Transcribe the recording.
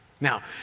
Now